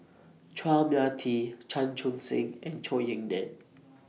Chua Mia Tee Chan Chun Sing and Zhou Ying NAN